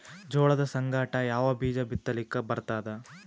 ಜೋಳದ ಸಂಗಾಟ ಯಾವ ಬೀಜಾ ಬಿತಲಿಕ್ಕ ಬರ್ತಾದ?